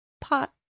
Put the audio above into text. pot